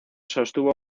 sostuvo